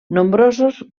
nombrosos